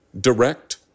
direct